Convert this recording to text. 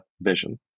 vision